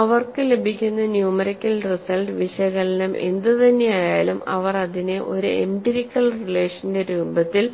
അവർക്ക് ലഭിക്കുന്ന numerical result വിശകലനം എന്തുതന്നെയായാലും അവർ അതിനെ ഒരു എംപിരിക്കൽ റിലേഷന്റെ രൂപത്തിൽ